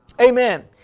Amen